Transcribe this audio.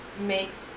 makes